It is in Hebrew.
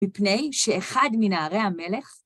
בפני שאחד מנערי המלך